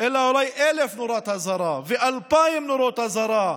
אלא אולי אלף נורות אזהרה, אלפיים נורות אזהרה,